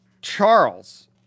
Charles